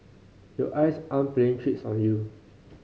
your eyes aren't playing tricks on you